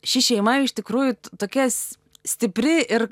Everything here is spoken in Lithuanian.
ši šeima iš tikrųjų tokias stipri ir